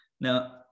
Now